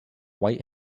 white